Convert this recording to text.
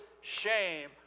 shame